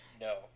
no